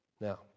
Now